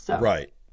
Right